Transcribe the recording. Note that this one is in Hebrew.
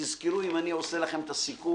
ותזכרו, אם אני עושה לכם את הסיכום,